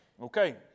Okay